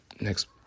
next